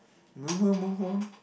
move move move on